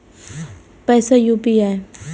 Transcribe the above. पैसा यू.पी.आई?